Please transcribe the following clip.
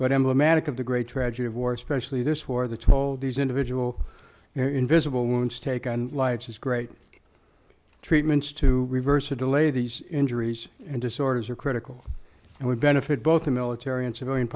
but emblematic of the great tragedy of war especially this war the toll these individual invisible wounds take on lives as great treatments to reverse a delay these injuries and disorders are critical and would benefit both the military and civilian